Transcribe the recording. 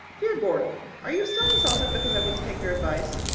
dear gordon are you still insulted because i wouldn't take your advice?